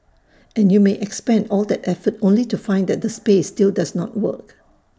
and you may expend all that effort only to find that the space still does not work